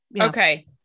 Okay